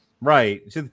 right